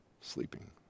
Sleeping